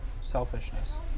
selfishness